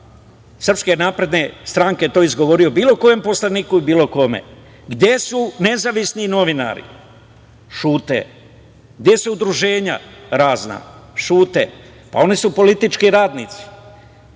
poslanika SNS to izgovorio, bilo kojem poslaniku ili bilo kome? Gde su nezavisni novinari? Ćute. Gde su udruženja razna? Ćute. Pa, oni su politički radnici.